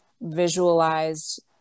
visualized